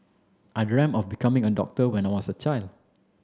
I dreamt of becoming a doctor when I was a child